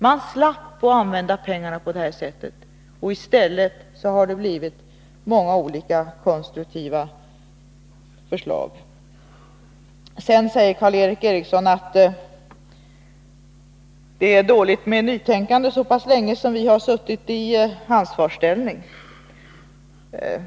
Man slapp använda pengarna på detta sätt, och i stället har det blivit många olika konstruktiva förslag. Sedan säger Karl Erik Eriksson att det är dåligt med nytänkande, när vi har suttit så pass länge i ansvarsställning.